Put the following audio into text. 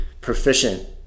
proficient